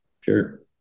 Sure